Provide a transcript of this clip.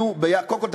קודם כול,